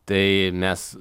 tai mes